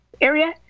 area